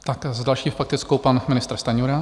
Tak s další faktickou pan ministr Stanjura.